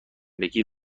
بگی